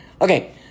Okay